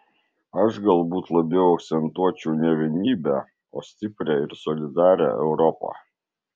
aš galbūt labiau akcentuočiau ne vienybę o stiprią ir solidarią europą